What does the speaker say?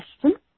question